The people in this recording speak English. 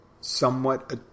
somewhat